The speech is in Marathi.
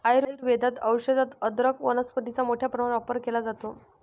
आयुर्वेदाच्या औषधात अदरक वनस्पतीचा मोठ्या प्रमाणात वापर केला जातो